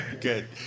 Good